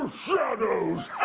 shadows.